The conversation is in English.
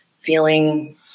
feeling